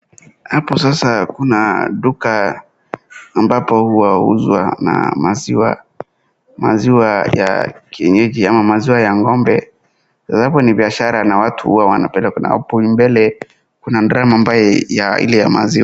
Hapo sasa kuna duka ambapo huwa huuzwa na maziwa. Maziwa ya kienyeji au maziwa ya ng'ombe hapa ni biashara na watu huwa wanapenda na hapo mbele kuna drum ambaye ile ya maziwa.